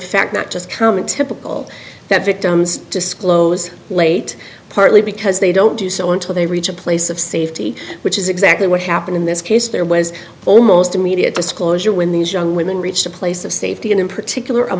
fact that just common typical that victims disclose late partly because they don't do so until they reach a place of safety which is exactly what happened in this case there was almost immediate disclosure when these young women reached a place of and in particular a